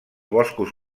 boscos